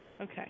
Okay